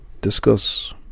Discuss